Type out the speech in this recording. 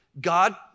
God